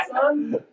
son